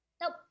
Nope